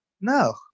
No